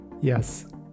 Yes